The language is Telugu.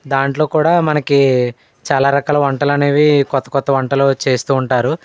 దాంట్లో కూడా మనకి చాలా రకాల వంటలు అనేవి క్రొత్త క్రొత్త వంటలు అవి చేస్తూ ఉంటారు